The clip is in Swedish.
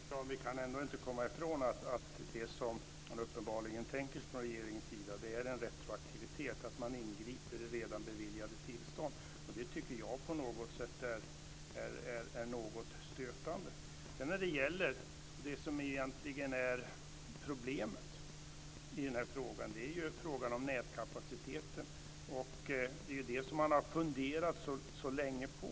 Fru talman! Vi kan ändå inte komma ifrån att det som regeringen uppenbarligen tänker sig är en retroaktivitet, att man ingriper i redan beviljade tillstånd. Det tycker jag är något stötande. Det som egentligen är problemet är frågan om nätkapaciteten. Det är ju den som man har funderat så länge på.